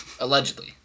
Allegedly